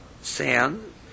sand